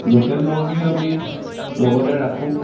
local মুৰ্গীও আমি লগতে ৰাখোঁ